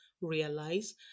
realize